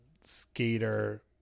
skater